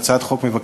הצעת החוק תועבר